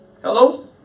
Hello